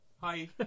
Hi